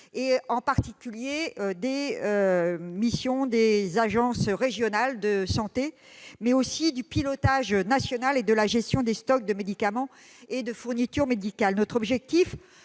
en particulier celles des missions des agences régionales de santé, mais aussi du pilotage national et de la gestion des stocks de médicaments et fournitures médicales. Notre objectif